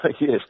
Yes